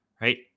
right